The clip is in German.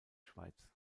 schweiz